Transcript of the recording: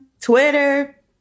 Twitter